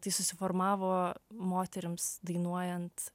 tai susiformavo moterims dainuojant